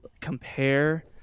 compare